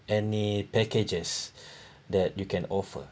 any packages that you can offer